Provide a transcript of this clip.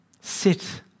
Sit